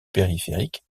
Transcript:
périphérique